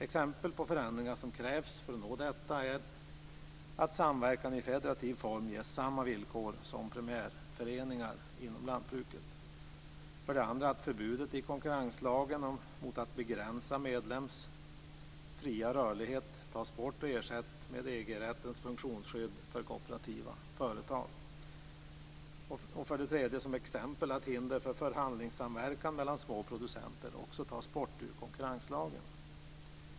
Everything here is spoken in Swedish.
Exempel på förändringar som krävs för att nå detta är: - att samverkan i federativ form ges samma villkor som primärföreningar inom lantbruket, - att förbudet i konkurrenslagen mot att begränsa medlems fria rörlighet tas bort och ersätts med - att hinder för förhandlingssamverkan mellan små producenter också tas bort ur konkurrenslagen.